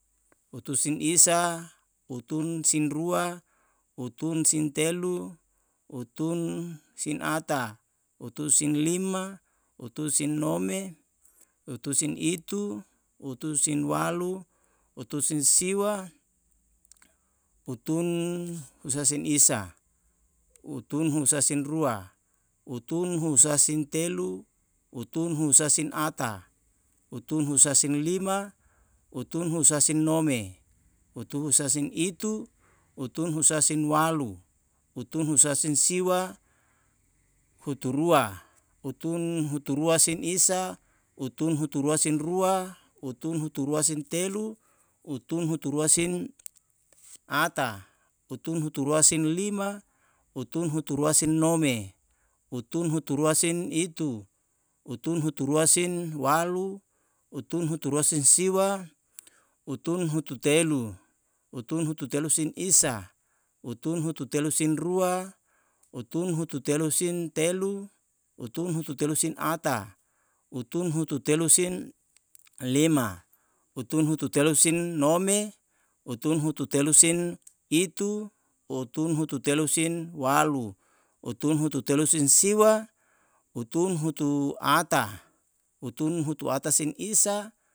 Utu sin isa utun sin rua utun sin telu utun sin ata utun sin lima utun sin nome utun sin itu utun sin walu utun sin siwa utun husa sin isa. utun husasin rua utun husa telu utun husa sin ata utun husa sin lima utun husa sin nome utun husa sin itu utun husa sin walu utun husa sin siwa hutu rua. utun hutu rua sin isa utun hutu rua sin rua utun hutu rua sin telu utun hutu rua sin ata utun hutu rua sin lima utun hutu rua sin nome utun hutu rua sin itu utun hutu rua sin walu utun hutu rua sin siwa utun hutu telu. utun hutu telu sin isa utun htu teku sin rua utun hutu telu sin telu utun hutu telu sin ata utun hutu telu sin lima utun hutu telu sin nome utun hutu telu sin itu utun hutu telu sin walu utun hutu telu sin siwa utun hutu ata. utun hutu ata sin isa